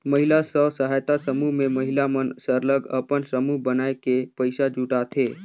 महिला स्व सहायता समूह में महिला मन सरलग अपन समूह बनाए के पइसा जुटाथें